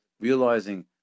realizing